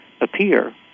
appear